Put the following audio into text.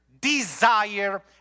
desire